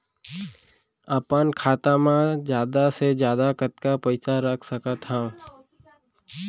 अपन खाता मा जादा से जादा कतका पइसा रख सकत हव?